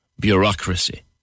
bureaucracy